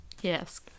Yes